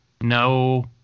no